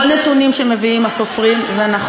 זה לא נכון, זה נכון.